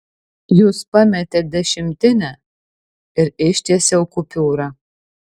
jūs pametėt dešimtinę ir ištiesiau kupiūrą